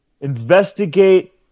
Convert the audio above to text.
investigate